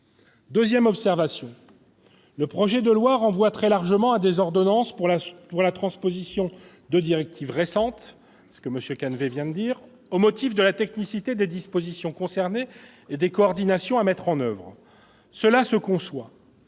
Deuxième observation : le projet de loi renvoie très largement à des ordonnances pour la transposition de directives récentes- M. Canevet vient de s'exprimer à ce sujet -, au motif de la technicité des dispositions concernées et des coordinations à mettre en oeuvre. Cela se conçoit.